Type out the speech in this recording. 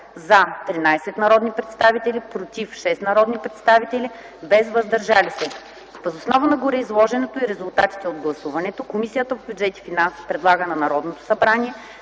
– 13 народни представители, „против” – 6 народни представители, без „въздържали се”. Въз основа на гореизложеното и резултатите от гласуването Комисията по бюджет и финанси предлага на Народното събрание